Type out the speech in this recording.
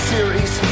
Series